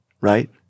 Right